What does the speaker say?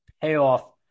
payoff